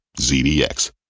ZDX